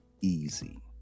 easy